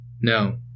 no